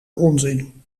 onzin